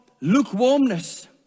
lukewarmness